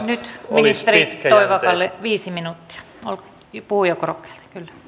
nyt ministeri toivakalle viisi minuuttia puhujakorokkeelta